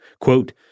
Quote